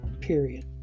period